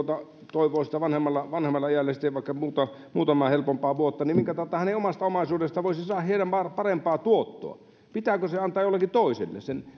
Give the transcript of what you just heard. toivoisi vanhemmalle iälle vaikka sitten muutamaa helpompaa vuotta ei omasta omaisuudestaan voisi saada hieman parempaa tuottoa pitääkö se antaa jollekin toiselle